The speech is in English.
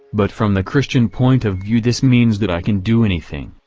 but from the christian point of view this means that i can do anything.